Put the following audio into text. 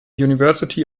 university